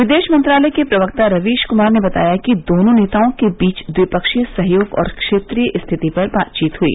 विदेश मंत्रालय के प्रवक्ता रवीश कुमार ने बताया कि दोनों नेताओं के बीच द्विपक्षीय सहयोग और क्षेत्रीय स्थिति पर बातचीत हुई